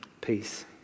peace